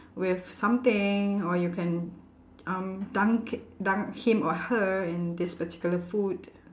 with something or you can um dunk i~ dunk him or her in this particular food